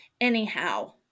anyhow